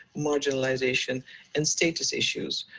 marginalisation and status issues.